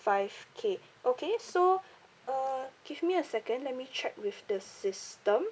five K okay so uh give me a second let me check with the system